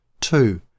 two